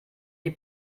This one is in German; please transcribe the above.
die